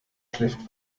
schläft